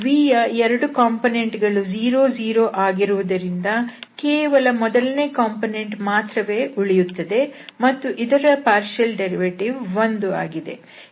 vಯ 2 component ಗಳು 00 ಆಗಿರುವುದರಿಂದ ಕೇವಲ ಮೊದಲನೇ ಕಾಂಪೊನೆಂಟ್ ಮಾತ್ರವೇ ಉಳಿಯುತ್ತದೆ ಮತ್ತು ಇದರ ಭಾಗಶಃ ಉತ್ಪನ್ನವು 1 ಆಗಿದೆ